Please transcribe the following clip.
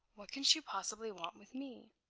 what can she possibly want with me?